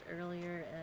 earlier